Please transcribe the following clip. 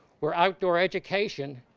where outdoor education